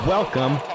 Welcome